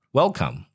welcome